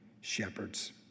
shepherds